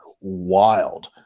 wild